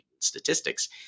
statistics